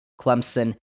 Clemson